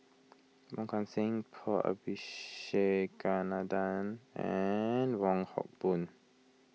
Wong Kan Seng Paul Abisheganaden and Wong Hock Boon